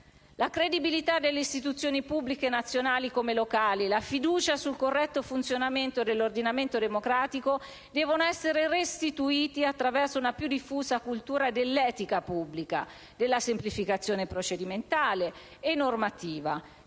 La credibilità delle istituzioni pubbliche nazionali come locali, la fiducia sul corretto funzionamento dell'ordinamento democratico devono essere restituite attraverso una più diffusa cultura dell'etica pubblica, della semplificazione procedimentale e normativa,